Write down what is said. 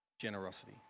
generosity